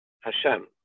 Hashem